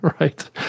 Right